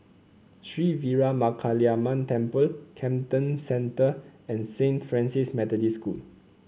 Sri Veeramakaliamman Temple Camden Centre and Saint Francis Methodist School